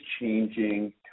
changing